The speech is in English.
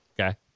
okay